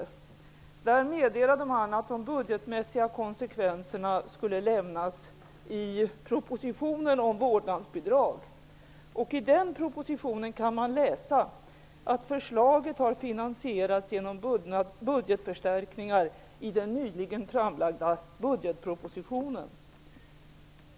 I den meddelade man att det budgetmässiga konsekvenserna skulle lämnas i propositionen om vårdnadsbidrag. I den propositionen kan man läsa att förslaget har finansierats genom budgetförstärkningar i den nyligen framlagda budgetpropositionen.